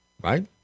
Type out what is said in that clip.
Right